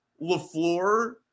Lafleur